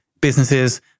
businesses